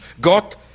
God